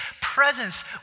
presence